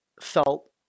felt